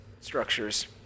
structures